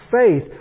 faith